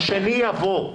השני יבוא.